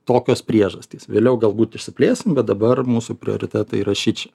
tokios priežastys vėliau galbūt išsiplėsim bet dabar mūsų prioritetai yra šičia